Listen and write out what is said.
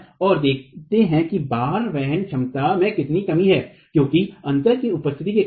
और देखते हैं कि भार वहन क्षमता में कितनी कमी हैक्योंकि अंतर की उपस्थिति के कारण